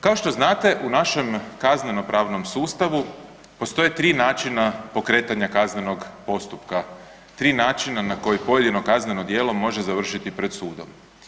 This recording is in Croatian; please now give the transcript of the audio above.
Kao što znate u našem kaznenopravnom sustavu postoje tri načina pokretanja kaznenog postupka, tri načina na koje pojedino kazneno djelo može završiti pred sudom.